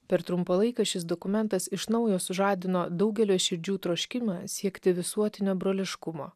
per trumpą laiką šis dokumentas iš naujo sužadino daugelio širdžių troškimą siekti visuotinio broliškumo